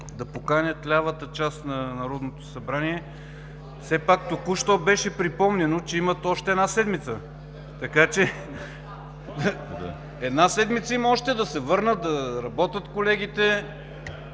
да поканят лявата част на Народното събрание. Все пак току-що беше припомнено, че имат още една седмица. Нека колегите да се върнат и да работят.